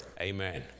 Amen